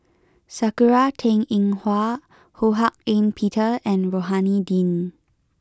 Sakura Teng Ying Hua Ho Hak Ean Peter and Rohani Din